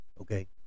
Okay